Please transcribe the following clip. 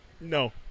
No